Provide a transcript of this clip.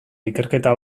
ikerketa